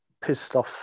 pissed-off